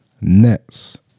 Nets